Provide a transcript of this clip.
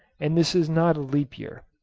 and this is not leap-year.